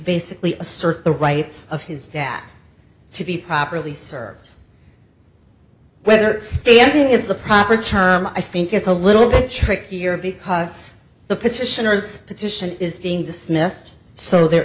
basically assert the rights of his dad to be properly served whether standing is the proper term i think it's a little bit trickier because the petitioners petition is being dismissed so there